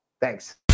Thanks